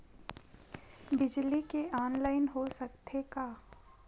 बिजली के ऑनलाइन हो सकथे का?